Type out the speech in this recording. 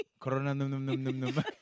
Corona-num-num-num-num-num